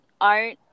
art